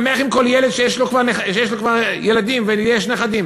שמח עם כל ילד שיש לו כבר ילדים, ולי יש נכדים.